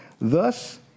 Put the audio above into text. thus